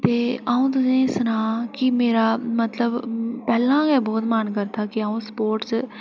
ते अं'ऊ तुसें गी सनांऽ कि मेरा मतलब पैह्लें गै बहुत मन करदा की अं'ऊ स्पोर्टस च